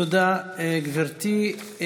תודה, גברתי.